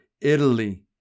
Italy